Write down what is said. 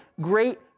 great